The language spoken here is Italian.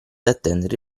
attendere